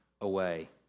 away